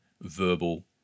verbal